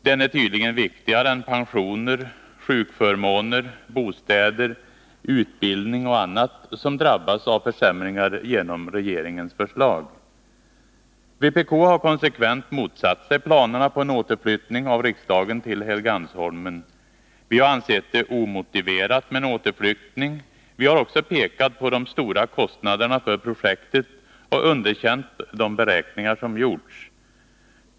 Den är tydligen viktigare än pensioner, sjukförmåner, bostäder, utbildning och annat som Vpk har konsekvent motsatt sig planerna på en återflyttning av riksdagen Tisdagen den till Helgeandsholmen. Vi har ansett det omotiverat med en återflyttning. Vi 9 december 1980 har också pekat på de stora kostnaderna för projektet och underkänt de beräkningar som gjorts.